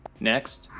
next,